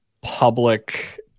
public